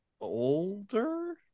older